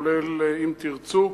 כולל "אם תרצו",